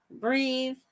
breathe